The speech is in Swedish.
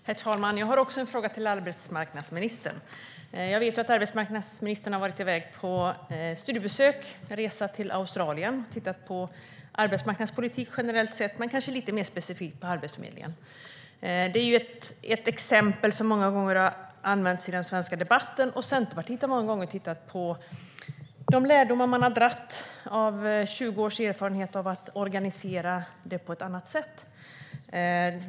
Herr talman! Jag har också en fråga till arbetsmarknadsministern. Jag vet att arbetsmarknadsministern har varit på studieresa i Australien och tittat på arbetsmarknadspolitik generellt sett men kanske lite mer specifikt på arbetsförmedlingen. Det är ett exempel som många gånger har använts i den svenska debatten, och Centerpartiet har många gånger tittat på de lärdomar som man har dragit av 20 års erfarenhet av att organisera arbetsförmedlingen på ett annat sätt.